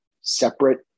separate